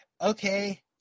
okay